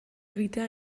egitea